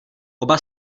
oba